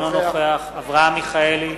אינו נוכח אברהם מיכאלי,